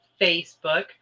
Facebook